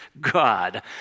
God